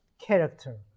Character